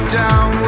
down